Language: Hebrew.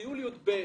טיול ב-יב'.